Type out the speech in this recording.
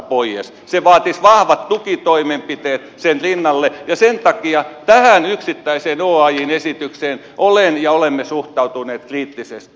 se vaatisi vahvat tukitoimenpiteet sen rinnalle ja sen takia tähän yksittäiseen oajn esitykseen olen suhtautunut ja olemme suhtautuneet kriittisesti